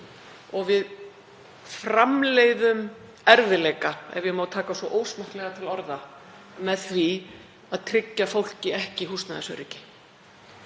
og við framleiðum erfiðleika, ef ég má taka svo ósmekklega til orða, með því að tryggja fólki ekki húsnæðisöryggi.